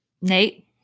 Nate